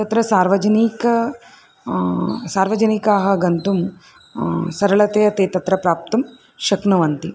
तत्र सार्वजनिकं सार्वजनिकाः गन्तुं सरलतया ते तत्र प्राप्तुं शक्नुवन्ति